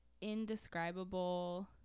indescribable